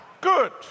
good